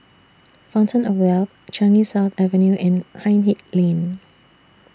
Fountain of Wealth Changi South Avenue and Hindhede Lane